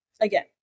again